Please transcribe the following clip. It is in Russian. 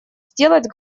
сделать